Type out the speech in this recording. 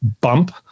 bump